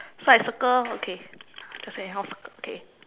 so I circle okay just anyhow circle okay